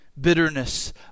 bitterness